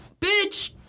bitch